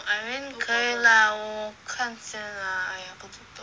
I mean 可以 lah 我看先 lah